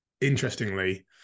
interestingly